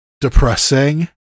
depressing